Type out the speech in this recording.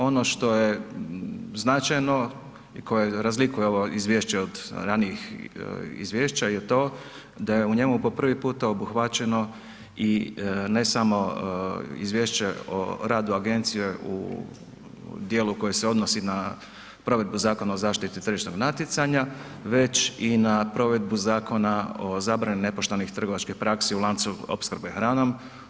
Ono što je značajno i koje razlikuje ovo izvješća od ranijih izvješća je to da je u njemu po prvi puta obuhvaćeno i ne samo izvješće o radu agencije u dijelu koje se odnosi na provedbu Zakona o zaštiti tržišnog natjecanja, već i na provedbu Zakona o zabrani nepoštenih trgovačkih praksi u lancu opskrbe hranom.